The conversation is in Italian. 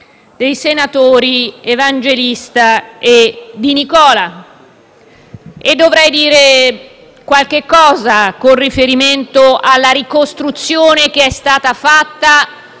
dei senatori Evangelista e Di Nicola. Dovrei dire qualcosa con riferimento alla ricostruzione che è stata fatta